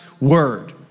word